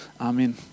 Amen